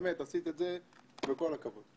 באמת עשית את זה, וכל הכבוד.